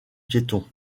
piéton